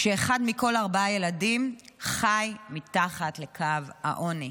כשאחד מכל ארבעה ילדים חי מתחת לקו העוני.